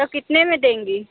तो कितने में देंगी